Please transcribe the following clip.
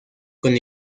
con